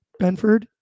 Benford